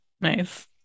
Nice